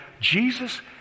Jesus